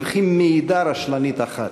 במחי מעידה רשלנית אחת.